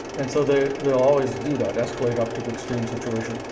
and so they they'll always do that escalate up to the extreme situation.